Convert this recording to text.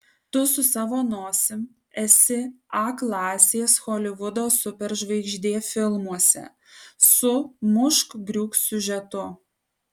tu su savo nosim esi a klasės holivudo superžvaigždė filmuose su mušk griūk siužetu